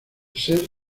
ser